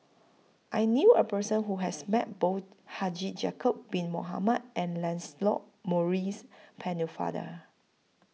I knew A Person Who has Met Both Haji Ya'Acob Bin Mohamed and Lancelot Maurice Pennefather